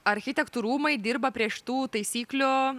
architektų rūmai dirba prie šitų taisyklių